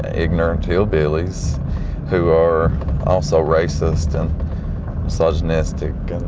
ignorant hillbillies who are also racist and misogyn istic and